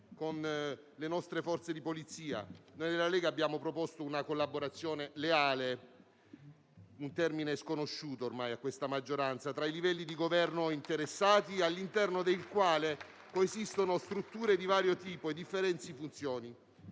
con le nostre Forze di polizia. Noi della Lega abbiamo proposto una collaborazione leale - un termine sconosciuto ormai a questa maggioranza - tra i livelli di Governo interessati, all'interno dei quali coesistono strutture di vario tipo e differenti funzioni.